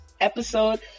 episode